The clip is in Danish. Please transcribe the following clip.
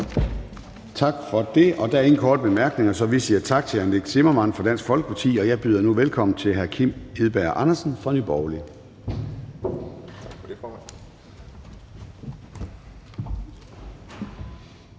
Tak for det. Der er ingen korte bemærkninger, så vi siger tak til hr. Nick Zimmermann fra Dansk Folkeparti. Jeg byder nu velkommen til hr. Kim Edberg Andersen fra Nye Borgerlige.